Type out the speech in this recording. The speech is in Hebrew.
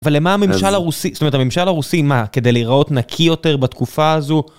אבל למה הממשל הרוסי, זאת אומרת, הממשל הרוסי מה? כדי להיראות נקי יותר בתקופה הזו?